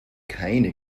keine